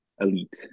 elite